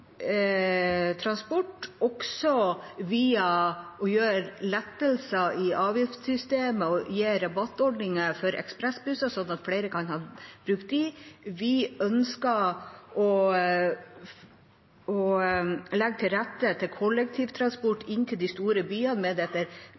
også ved å gi lettelser i avgiftssystemet og rabattordninger for ekspressbusser, slik at flere kan bruke dem. Vi ønsker å legge til rette for kollektivtransport